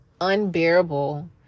unbearable